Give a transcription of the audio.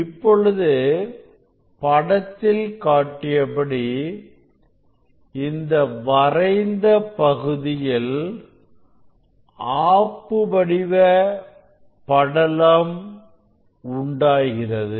இப்பொழுது படத்தில் காட்டியபடி இந்த வளைந்த பகுதியில் ஆப்பு வடிவ படலம் உண்டாகிறது